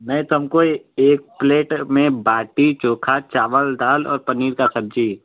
नहीं तो हमको ए एक प्लेट में बाटी चोखा चावल दाल और पनीर का सब्जी